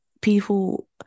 people